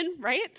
right